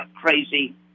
crazy